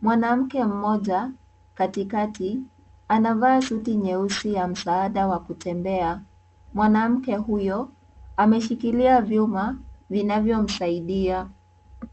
mwanamke mmoja katikati anavaa suti nyeusi ya msaada wa kutembea, mwanamke huyo ameshikilia vyuma vinavyo msaidia.